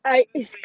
don't do it